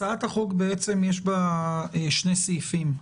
בעצם בהצעת החוק יש שני סעיפים.